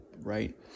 right